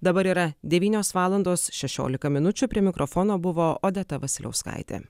dabar yra devynios valandos šešiolika minučių prie mikrofono buvo odeta vasiliauskaitė